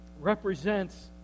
represents